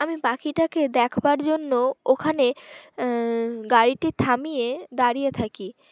আমি পাখিটাকে দেখবার জন্য ওখানে গাড়িটি থামিয়ে দাঁড়িয়ে থাকি